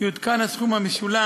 יעודכן הסכום המשולם